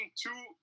two